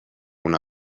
una